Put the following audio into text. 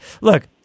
look